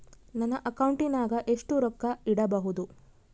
ನನ್ನ ಅಕೌಂಟಿನಾಗ ಎಷ್ಟು ರೊಕ್ಕ ಇಡಬಹುದು?